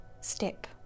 step